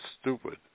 stupid